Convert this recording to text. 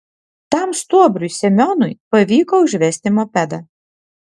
tam stuobriui semionui pavyko užvesti mopedą